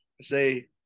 say